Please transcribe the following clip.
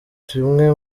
tumwe